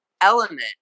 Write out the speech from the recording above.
element